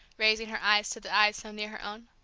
raising her eyes to the eyes so near her own.